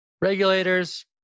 regulators